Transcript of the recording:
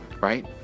Right